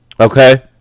Okay